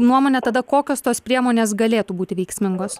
nuomone tada kokios tos priemonės galėtų būti veiksmingos